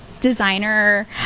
designer